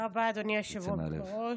תודה רבה, אדוני היושב בראש.